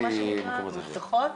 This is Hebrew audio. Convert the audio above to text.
מאובטחות,